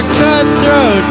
cutthroat